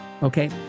Okay